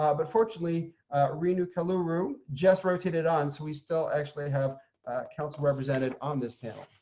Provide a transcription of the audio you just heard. ah but fortunately renu kowluru just rotated on so we still actually have a council representative on this panel.